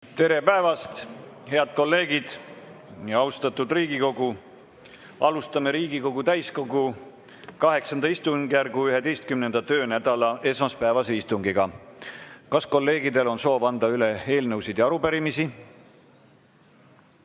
Tere päevast, head kolleegid! Austatud Riigikogu! Alustame Riigikogu täiskogu VIII istungjärgu 11. töönädala esmaspäevast istungit. Kas kolleegidel on soovi anda üle eelnõusid ja arupärimisi?